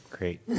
Great